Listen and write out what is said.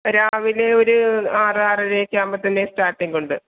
രാവിലെ ഒരു ആറ് ആറര ഒക്കെ ആവുമ്പോൾ തന്നെ സ്റ്റാർട്ടിങ്ങുണ്ട്